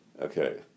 okay